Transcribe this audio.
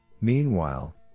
Meanwhile